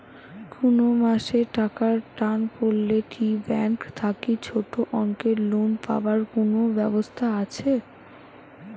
কুনো মাসে টাকার টান পড়লে কি ব্যাংক থাকি ছোটো অঙ্কের লোন পাবার কুনো ব্যাবস্থা আছে?